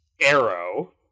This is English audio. Arrow